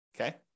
Okay